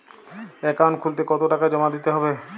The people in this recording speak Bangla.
অ্যাকাউন্ট খুলতে কতো টাকা জমা দিতে হবে?